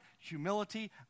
humility